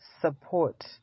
support